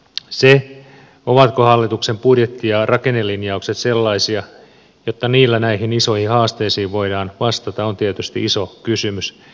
se ovatko hallituksen budjetti ja rakennelinjaukset sellaisia että niillä näihin isoihin haasteisiin voidaan vastata on tietysti iso kysymys